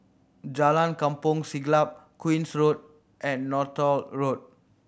Jalan Kampong Siglap Queen's Road and Northolt Road